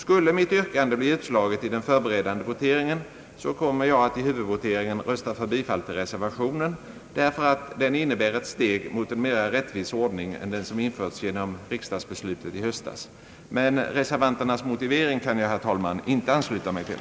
Skulle mitt yrkande bli utslaget i den förberedande voteringen, kommer jag att i huvudvoteringen rösta för bifall till reservationen, därför att den innebär ett steg mot en mera rättvis ordning än den som införts genom riksdagsbeslutet i höstas. Men reservanternas motivering kan jag, herr talman, inte ansluta mig till.